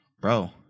Bro